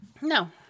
No